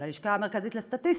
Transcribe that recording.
של הלשכה המרכזית לסטטיסטיקה,